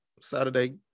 Saturday